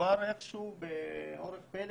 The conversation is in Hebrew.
ובאורח פלא,